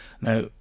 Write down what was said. Now